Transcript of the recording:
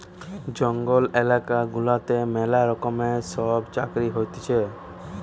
জঙ্গল এলাকা গুলাতে ম্যালা রকমের সব চাকরি হতিছে